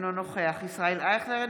אינו נוכח ישראל אייכלר,